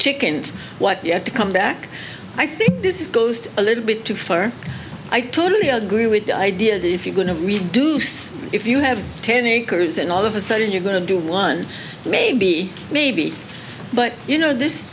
tick and what you have to come back i think this is goes a little bit too for i totally agree with the idea that if you're going to reduce if you have ten acres and all of a sudden you're going to do one maybe maybe but you know this